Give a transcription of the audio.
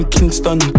Kingston